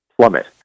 plummet